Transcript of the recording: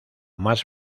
más